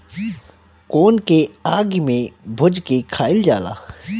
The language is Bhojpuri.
कोन के आगि में भुज के खाइल जाला